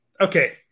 okay